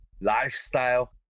lifestyle